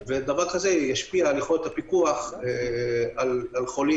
ודבר כזה ישפיע על יכולת הפיקוח על חולים